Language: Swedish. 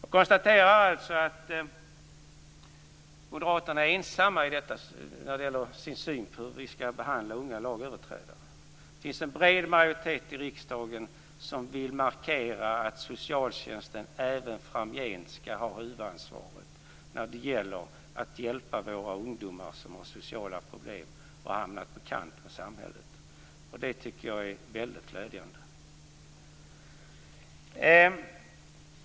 Jag konstaterar alltså att moderaterna är ensamma i sin syn på hur vi skall behandla unga lagöverträdare. Det finns en bred majoritet i riksdagen som vill markera att socialtjänsten även framgent skall ha huvudansvaret när det gäller att hjälpa våra ungdomar som har sociala problem och har hamnat på kant med samhället. Det tycker jag är väldigt glädjande.